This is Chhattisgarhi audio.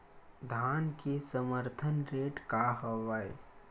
धान के समर्थन रेट का हवाय?